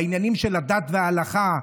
בעניינים של הדת וההלכה.